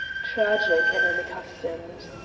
tragic and unaccustomed.